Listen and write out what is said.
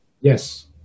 Yes